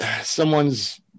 someone's